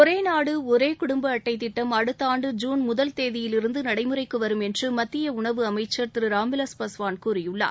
ஒரே நாடு ஒரே குடும்ப அட்டை திட்டம் அடுத்த ஆண்டு ஜூன் முதல் தேதியிலிருந்து நடைமுறைக்கு வரும் என்று மத்திய உணவு அமைச்சர் திரு ராம்விலாஸ் பாஸ்வான் கூறியுள்ளார்